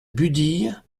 budille